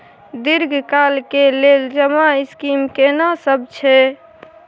दीर्घ काल के लेल जमा स्कीम केना सब छै?